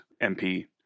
MP